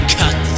cut